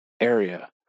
area